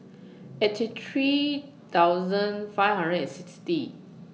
eighty three thousand five hundred and sixty